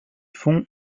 fonds